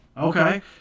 okay